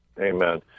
Amen